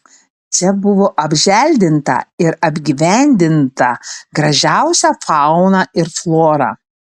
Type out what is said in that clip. čia buvo apželdinta ir apgyvendinta gražiausia fauna ir flora